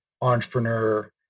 entrepreneur